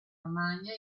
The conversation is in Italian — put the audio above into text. romagna